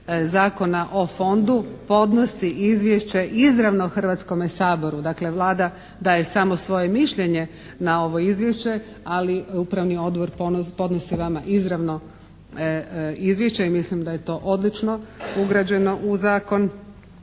Zakona o Fondu podnosi izvješće izravno Hrvatskom saboru. Dakle Vlada daje samo svoje mišljenje na ovo izvješće, ali Upravni odbor podnosi vama izravno izvješće i mislim da je to odlično ugrađeno u zakon.